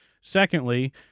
Secondly